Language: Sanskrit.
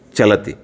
चलति